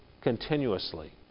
continuously